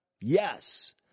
Yes